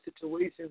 situations